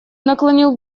наклонил